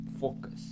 focus